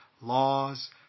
laws